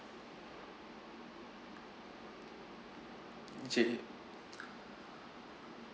J